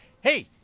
Hey